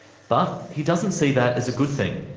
but he doesn't see that as a good thing.